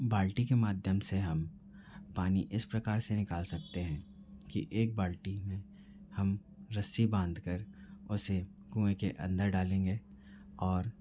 बाल्टी के माध्यम से हम पानी इस प्रकार से निकाल सकते हैं कि एक बाल्टी में हम रस्सी बांधकर उसे कुएँ के अंदर डालेंगे और